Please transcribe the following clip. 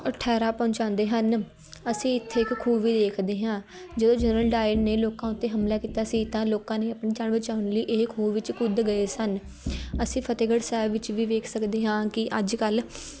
ਠਹਿਰਾਂ ਪਹੁੰਚਾਉਂਦੇ ਹਨ ਅਸੀਂ ਇੱਥੇ ਇੱਕ ਖੂਹ ਵੀ ਦੇਖਦੇ ਹਾਂ ਜਦੋਂ ਜਨਰਲ ਡਾਇਰ ਨੇ ਲੋਕਾਂ ਉੱਤੇ ਹਮਲਾ ਕੀਤਾ ਸੀ ਤਾਂ ਲੋਕਾਂ ਨੇ ਆਪਣੀ ਜਾਨ ਬਚਾਉਣ ਲਈ ਇਹ ਖੂਹ ਵਿੱਚ ਕੁੱਦ ਗਏ ਸਨ ਅਸੀਂ ਫਤਿਹਗੜ੍ਹ ਸਾਹਿਬ ਵਿੱਚ ਵੀ ਵੇਖ ਸਕਦੇ ਹਾਂ ਕਿ ਅੱਜ ਕੱਲ੍ਹ